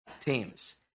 teams